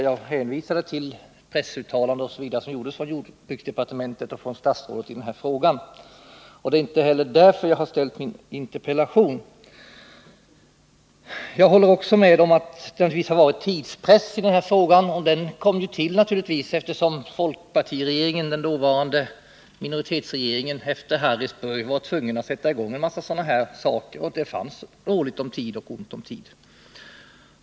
Jag hänvisade där till pressuttalanden från jordbruksdepartementet och statsrådet Dahlgren i denna fråga. Det är således inte oenighet som är anledningen till att jag har framställt min interpellation. Jag håller med om att det har rått tidspress vid behandlingen av denna fråga. Denna orsakades av att den dåvarande minoritetsregeringen — folkpartiregeringen — efter olyckan i Harrisburg var tvungen att sätta i gång en mängd sådana här utredningar. Utredningarna hade därför ont om tid.